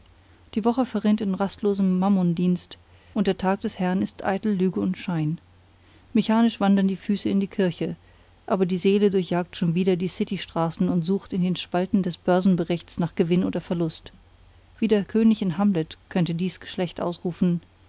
die woche verrinnt in rastlosem mammondienst und der tag des herrn ist eitel lüge und schein mechanisch wandern die füße in die kirche aber die seele durchjagt schon wieder die city straßen und sucht in den spalten des börsenberichts nach gewinn oder verlust wie der könig im hamlet könnte dies geschlecht ausrufen